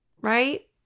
right